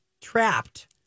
trapped